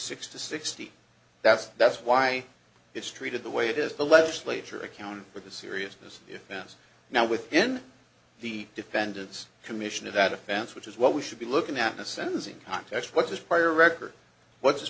six to sixty that's that's why it's treated the way it is the legislature account with the seriousness it bends now with in the defendant's commission of that offense which is what we should be looking at the sentencing context what this prior record what this